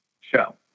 Show